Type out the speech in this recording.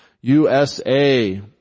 USA